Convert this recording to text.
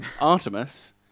Artemis